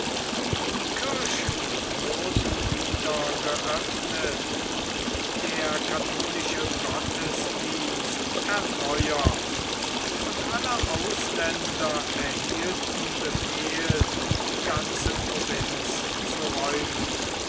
die kirchen wurden wieder geöffnet der katholische gottesdienst erneuert und alle ausländer erhielten befehl die ganze provinz zu räumen